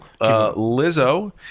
Lizzo